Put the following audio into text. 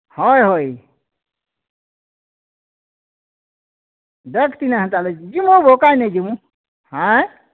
ହଏ ହଏ ଡ଼୍ରେସ୍ କିଣା ତାହାଲେ ଯିବୁଁ ଗୋ କାଇଁ ନାଇଁ ଯିବୁଁ ହାଁ